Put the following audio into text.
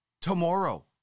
tomorrow